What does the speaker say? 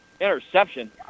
interception